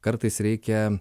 kartais reikia